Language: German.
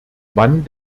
wann